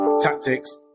tactics